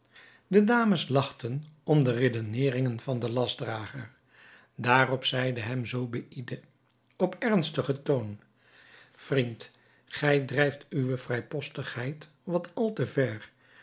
de dames lachten om de redeneringen van den lastdrager daarop zeide hem zobeïde op ernstigen toon vriend gij drijft uwe vrijpostigheid wat al te ver